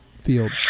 field